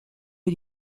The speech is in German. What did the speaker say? wir